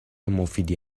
مفیدی